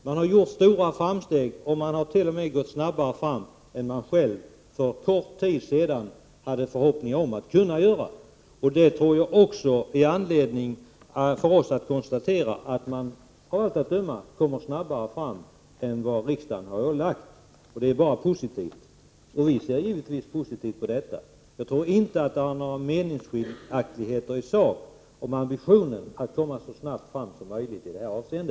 Man har gjort stora framsteg och t.o.m. gått snabbare fram än någon tidigare kunnat ha förhoppning om. Det finns anledning för oss att konstatera att man av allt att döma kommer snabbare fram än vad riksdagen fastlagt. Det är bara positivt. Visser positivt på detta. Jag tror inte det finns några meningsskiljaktigheter isak mellan oss om ambitionen att komma så snabbt fram som möjligt i detta avseende.